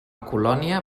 colònia